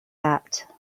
that